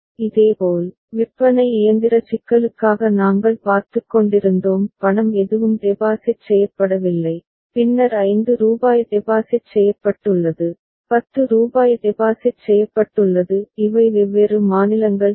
இதேபோல் விற்பனை இயந்திர சிக்கலுக்காக நாங்கள் பார்த்துக்கொண்டிருந்தோம் பணம் எதுவும் டெபாசிட் செய்யப்படவில்லை பின்னர் 5 ரூபாய் டெபாசிட் செய்யப்பட்டுள்ளது 10 ரூபாய் டெபாசிட் செய்யப்பட்டுள்ளது இவை வெவ்வேறு மாநிலங்கள் சரி